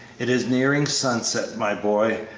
it is nearing sunset, my boy,